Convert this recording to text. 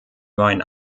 meinen